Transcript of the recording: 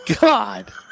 God